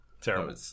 terrible